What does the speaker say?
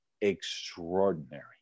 extraordinary